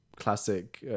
classic